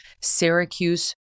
Syracuse